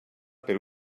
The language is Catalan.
per